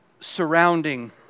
surrounding